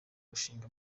gushinga